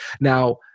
Now